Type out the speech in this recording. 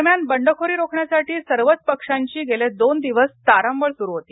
दरम्यान बंडखोरी रोखण्यासाठी सर्वच पक्षांची गेले दोन दिवस तारांबळ सुरु होती